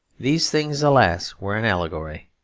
these things, alas, were an allegory.